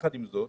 עם זאת,